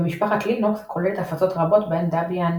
ומשפחת לינוקס הכוללת הפצות רבות בהן דביאן